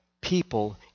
people